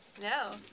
No